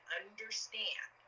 understand